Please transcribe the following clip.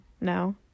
no